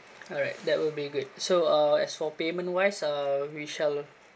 alright that will be great so uh as for payment wise uh we shall